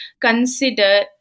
consider